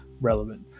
relevant